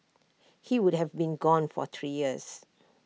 he would have been gone for three years